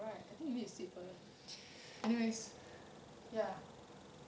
alright I think you need to sit further anyways ya